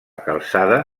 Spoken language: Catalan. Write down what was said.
calçada